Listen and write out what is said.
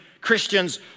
Christians